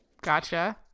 gotcha